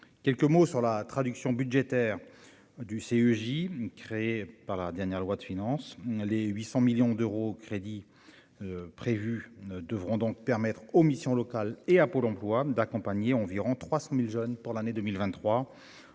quelques mots sur la traduction budgétaire du CEJ créée par la dernière loi de finances, les 800 millions d'euros crédits prévus ne devront donc permettre aux missions locales et à Pôle emploi d'accompagner environ 300000 jeunes pour l'année 2023